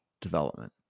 development